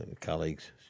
colleagues